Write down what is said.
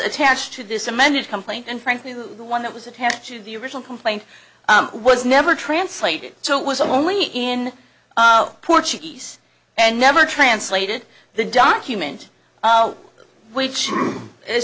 attached to this amended complaint and frankly the one that was attached to the original complaint was never translated so it was only in portuguese and never translated the document which is